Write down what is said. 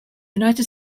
united